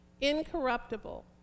incorruptible